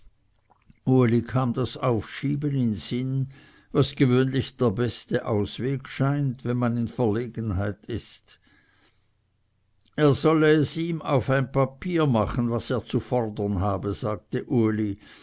uli kam das aufschieben in sinn was gewöhnlich der beste ausweg scheint wenn man in verlegenheit ist er solle es ihm auf ein papier machen was er zu fordern habe sagte uli